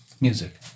music